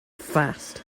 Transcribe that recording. fast